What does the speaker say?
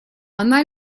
она